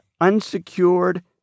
unsecured